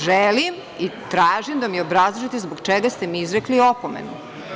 Želim i tražim da mi obrazložite zbog čega ste mi izrekli opomenu.